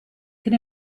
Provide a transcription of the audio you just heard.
can